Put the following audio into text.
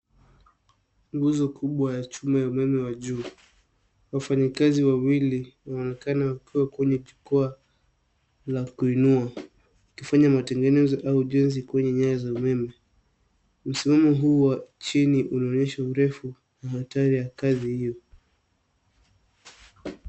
Nguzo kubwa ya chuma ya umeme wa juu, wafanyikazi wawili waonekana wakiwa kenye jukwaa la kuinua wakifanya matengenezo au jozi kwenye nyaya za umeme. Msimamo huu wa chini unaonyesha urefu na hatari ya kazi hiyo.